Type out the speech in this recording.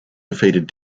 defeated